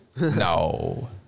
No